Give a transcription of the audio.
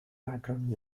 background